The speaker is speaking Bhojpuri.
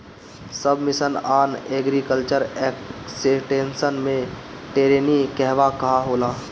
सब मिशन आन एग्रीकल्चर एक्सटेंशन मै टेरेनीं कहवा कहा होला?